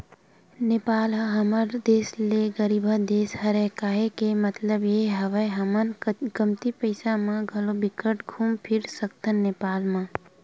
नेपाल ह हमर देस ले गरीबहा देस हरे, केहे के मललब ये हवय हमन कमती पइसा म घलो बिकट घुम फिर सकथन नेपाल म